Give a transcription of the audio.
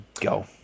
go